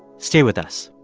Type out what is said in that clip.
stay with us